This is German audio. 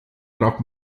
braucht